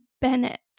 Bennett